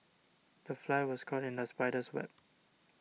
the fly was caught in the spider's web